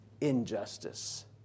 injustice